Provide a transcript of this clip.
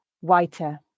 whiter